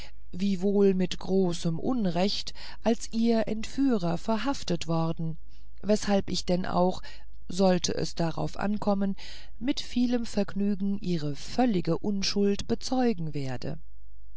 wiewohl mit großem unrecht als ihr entführer verhaftet worden weshalb ich denn auch sollte es darauf ankommen mit vielem vergnügen ihre völlige unschuld bezeugen werde